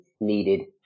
needed